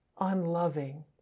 unloving